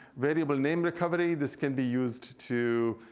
variable name recovery, this can be used to.